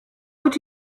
would